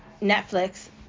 Netflix